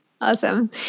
Awesome